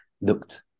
looked